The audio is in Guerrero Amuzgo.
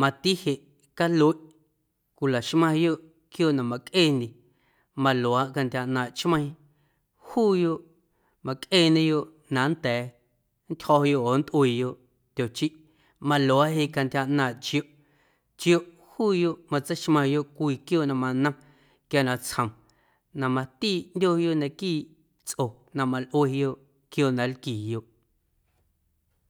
mati jeꞌ calueꞌ cwilaxmaⁿyoꞌ quiooꞌ na mꞌaⁿcꞌeendye maluaaꞌ cantyja ꞌnaaⁿꞌ chmeiiⁿ juuyoꞌ mꞌaⁿcꞌeeñeyoꞌ na nnda̱a̱ nntyjo̱yo oo nntꞌuiiyoꞌ tyochiꞌ maluaaꞌ jeꞌ cantyja ꞌnaaⁿꞌ chioꞌ, chioꞌ juuyoꞌ matseixmaⁿyoꞌ cwii quiooꞌ na manom quia natsjom na matiiꞌ ꞌndyooyoꞌ naquiiꞌ tsꞌo na malꞌueyoꞌ quiooꞌ na nlquiiyoꞌ.